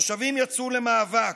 התושבים יצאו למאבק.